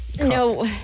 No